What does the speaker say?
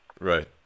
Right